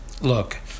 Look